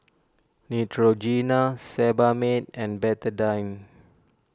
Neutrogena Sebamed and Betadine